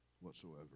whatsoever